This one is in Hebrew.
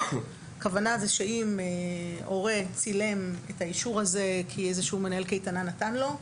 הכוונה היא שאם הורה צילם את האישור הזה כי איזשהו מנהל קייטנה נתן לו,